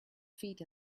feet